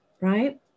Right